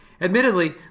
Admittedly